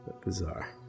Bizarre